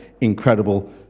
Incredible